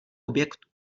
objektu